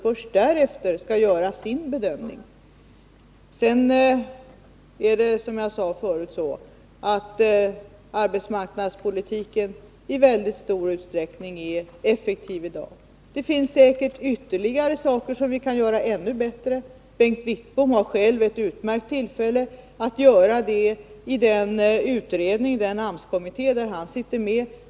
Först därefter skall riksdagens revisorer göra sin bedömning. Som jag sade förut är arbetsmarknadspolitiken i dag i mycket stor utsträckning effektiv. Det finns säkert ytterligare saker som vi kan göra ännu att förbättra effektiviteten inom AMS bättre. Bengt Wittbom har själv ett utmärkt tillfälle att medverka till det i den AMS-kommitté där han är ledamot.